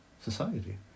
society